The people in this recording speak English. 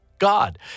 God